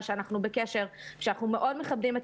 שאנחנו בקשר ושאנחנו מאוד מכבדים את